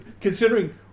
considering